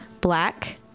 Black